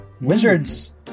Wizards